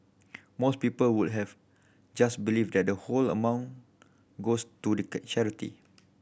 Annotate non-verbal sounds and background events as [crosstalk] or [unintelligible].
most people would have just believed that the whole amount goes to the [unintelligible] charity